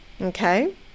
okay